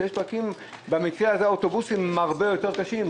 כשיש פקקים הנסיעה באוטובוסים הרבה יותר קשה.